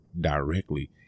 directly